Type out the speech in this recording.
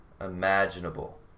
imaginable